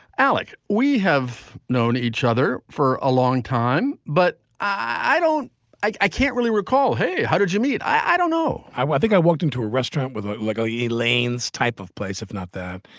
alec. we have known each other for a long time, but i don't i i can't really recall. hey, how did you meet? i don't know. i think i walked into a restaurant with lego elaine's type of place, if not that.